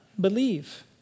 believe